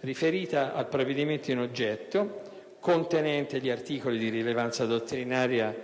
riferita al provvedimento in oggetto, contenente gli articoli di rilevanza dottrinaria